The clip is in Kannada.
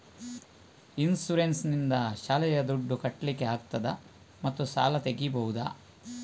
ಇನ್ಸೂರೆನ್ಸ್ ನಿಂದ ಶಾಲೆಯ ದುಡ್ದು ಕಟ್ಲಿಕ್ಕೆ ಆಗ್ತದಾ ಮತ್ತು ಸಾಲ ತೆಗಿಬಹುದಾ?